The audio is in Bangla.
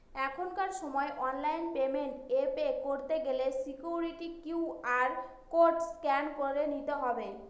এখনকার সময় অনলাইন পেমেন্ট এ পে করতে গেলে সিকুইরিটি কিউ.আর কোড স্ক্যান করে নিতে হবে